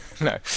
No